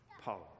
power